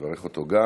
נברך גם אותך.